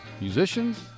musicians